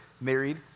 married